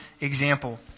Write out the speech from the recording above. example